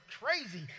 crazy